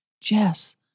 Jess